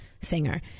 singer